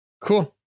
Cool